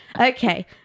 okay